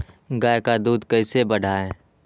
गाय का दूध कैसे बढ़ाये?